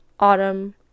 autumn